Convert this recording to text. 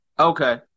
Okay